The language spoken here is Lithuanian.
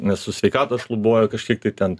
nes su sveikata šlubuoja kažkiek tai ten